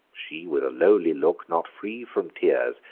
she with a lowly look, not free from tears,